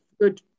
good